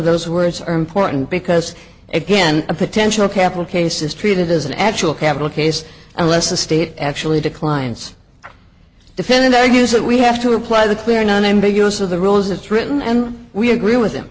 those words are important because again a potential capital case is treated as an actual capital case unless the state actually declines defendant argues that we have to apply the clear non ambiguous of the rules as written and we agree with